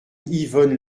yvonne